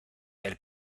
del